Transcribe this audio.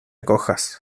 cojas